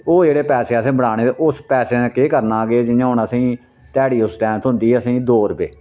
ते ओह् जेह्ड़े पैसे असें बनाने ते उस पैसे दा केह् करना के जियां हून असें ध्याड़ी उस टैम थ्होंदी असेंगी दो रपेऽ